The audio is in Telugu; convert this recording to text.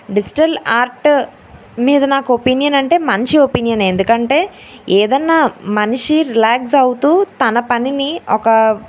డిజిటల్ ఆర్ట్ మీద నాకు ఓపీనియన్ అంటే మంచి ఒపీనియన్ ఎందుకంటే ఏదన్నా మనిషి రిలాక్జ్ అవుతూ తన పనిని ఒక